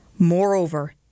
Moreover